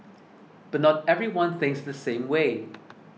but not everyone thinks the same way